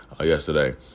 yesterday